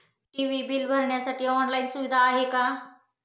TV bill भरण्यासाठी online सुविधा आहे का?